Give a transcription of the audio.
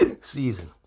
season